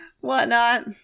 Whatnot